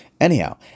Anyhow